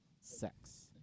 sex